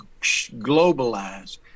globalize